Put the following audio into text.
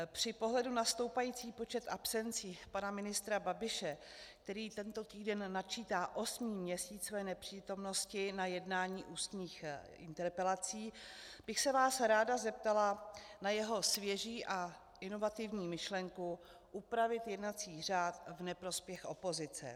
Při pohledu na stoupající počet absencí pana ministra Babiše, který tento týden načítá osmý měsíc své nepřítomnosti na jednání ústních interpelací, bych se vás ráda zeptala na jeho svěží a inovativní myšlenku upravit jednací řád v neprospěch opozice.